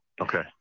okay